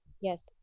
Yes